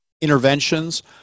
interventions